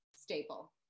staple